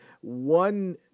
One